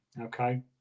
okay